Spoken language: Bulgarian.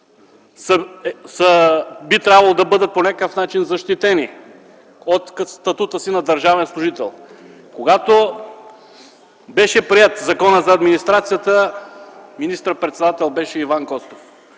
би трябвало да бъдат по някакъв начин защитени със статута си на държавен служител. Когато беше приет Законът за администрацията, министър председател беше Иван Костов.